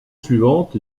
suivante